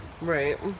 Right